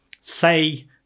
say